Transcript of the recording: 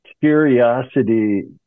curiosity